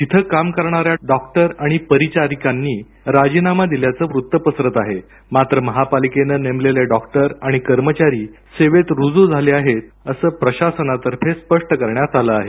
तिथं काम करणाऱ्या डॉक्टर आणि परिचारिकांनी राजीनामा दिल्याचं वृत्त पसरत आहे मात्र महापालिकेनं नेमलेले डॉक्टर आणि कर्मचारी सेवेत रुजू आहेत असं प्रशासनातर्फे स्पष्ट करण्यात आलं आहे